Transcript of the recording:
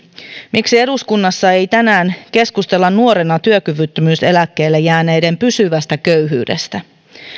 miksi eduskunnassa ei tänään keskustella nuorena työkyvyttömyyseläkkeelle jääneiden pysyvästä köyhyydestä